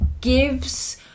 gives